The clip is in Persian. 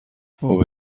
اوه